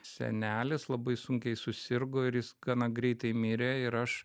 senelis labai sunkiai susirgo ir jis gana greitai mirė ir aš